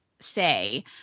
say